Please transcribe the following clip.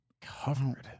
Covered